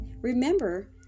Remember